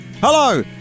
Hello